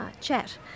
chat